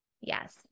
Yes